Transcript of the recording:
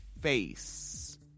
face